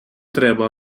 треба